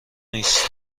نیست